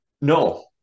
No